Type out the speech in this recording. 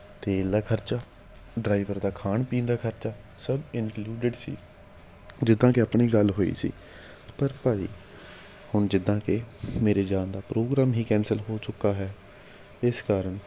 ਤੇਲ ਦਾ ਖਰਚਾ ਡਰਾਈਵਰ ਦਾ ਖਾਣ ਪੀਣ ਦਾ ਖਰਚਾ ਸਭ ਇੰਕਲੂਡਡ ਸੀ ਜਿੱਦਾਂ ਕਿ ਆਪਣੀ ਗੱਲ ਹੋਈ ਸੀ ਪਰ ਭਾਅ ਜੀ ਹੁਣ ਜਿੱਦਾਂ ਕਿ ਮੇਰੇ ਜਾਣ ਦਾ ਪ੍ਰੋਗਰਾਮ ਹੀ ਕੈਂਸਲ ਹੋ ਚੁੱਕਾ ਹੈ ਇਸ ਕਾਰਨ